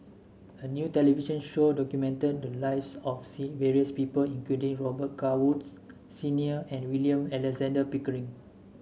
a new television show documented the lives of C various people including Robet Carr Woods Senior and William Alexander Pickering